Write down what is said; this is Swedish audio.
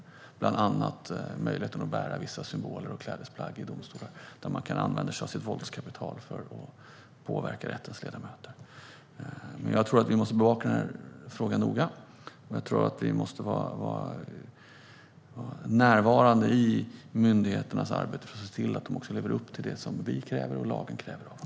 Det gäller bland annat möjligheten att bära vissa symboler och klädesplagg i domstolar, där man kanske använder sig av sitt våldskapital för att påverka rättens ledamöter. Jag tror att vi måste bevaka frågan noga. Jag tror att vi måste vara närvarande i myndigheternas arbete för att se till att de lever upp till det vi och lagen kräver av dem.